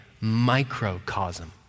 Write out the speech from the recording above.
microcosm